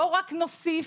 בואו רק נוסיף,